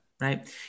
Right